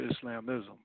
Islamism